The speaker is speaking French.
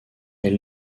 est